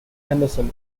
andersson